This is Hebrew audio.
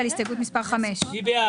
רוויזיה על הסתייגות מס' 40. מי בעד,